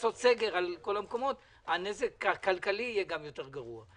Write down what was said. לעשות סגר על כל המקומות - הנזק הכלכלי יהיה גם גרוע יותר.